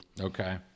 Okay